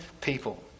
people